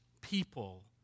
people